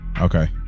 Okay